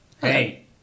hey